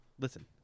Listen